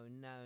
no